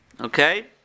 okay